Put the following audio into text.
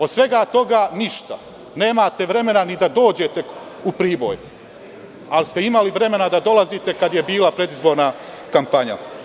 Od svega toga ništa, nemate vremena ni da dođete u Priboj, ali ste imali vremena da dolazite kada je bila predizborna kampanja.